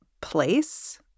place